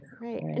Right